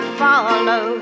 follow